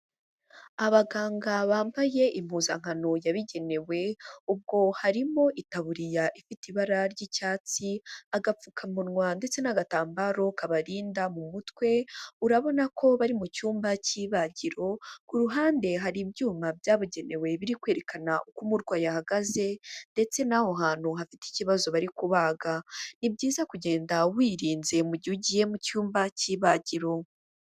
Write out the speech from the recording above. Abaganga bambaye impuzankano yabigenewe, ubwo harimo itaburiya ifite ibara ry'icyatsi, agapfukamunwa ndetse n'agatambaro kabarinda mu mutwe, urabona ko bari mu cyumba cy'ibagiro, ku ruhande hari ibyuma byabugenewe biri kwerekana uko umurwayi ahagaze, ndetse n'aho hantu hafite ikibazo bari kubaga. Ni byiza kugenda wirinze mu gihe ugiye mu cyumba cy'ibagiro.